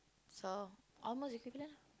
so almost you calculate lah